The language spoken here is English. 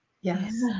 Yes